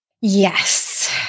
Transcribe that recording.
Yes